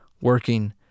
working